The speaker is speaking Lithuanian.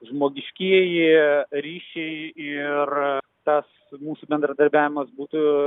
žmogiškieji ryšiai ir tas mūsų bendradarbiavimas būtų